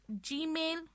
Gmail